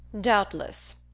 Doubtless